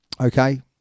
Okay